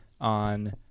on